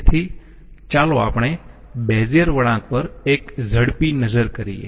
તેથી ચાલો આપણે બેઝીઅર વળાંક પર એક ઝડપી નજર કરીયે